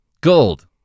gold